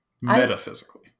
Metaphysically